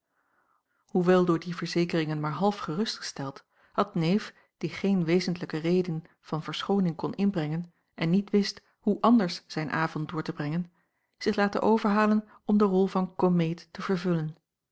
hoewel door die verzekeringen maar half gerustgesteld had neef die geen wezentlijke reden van verschooning kon inbrengen en niet wist hoe anders zijn avond door te brengen zich laten overhalen om de rol van komeet te vervullen